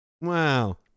Wow